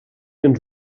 ens